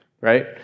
right